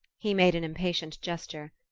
he made an impatient gesture.